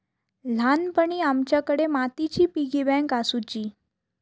ल्हानपणी आमच्याकडे मातीची पिगी बँक आसुची